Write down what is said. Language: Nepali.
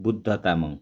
बुद्ध तामाङ